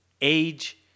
age